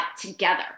together